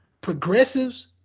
progressives